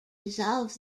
dissolve